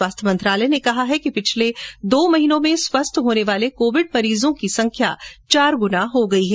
स्वास्थ्य मंत्रालय ने कहा है कि पिछले दो महीनों में स्वस्थ होने वाले कोविड मरीजों की संख्या चार गुना हो गई है